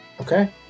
Okay